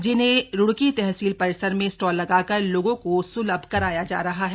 जिन्हें रुड़की तहसील परिसर में स्टॉल लगाकर लोगों को सुलभ कराया जा रहा है